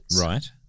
right